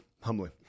humbly